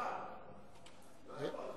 לא הכנסת, לא היתה פה הצבעה.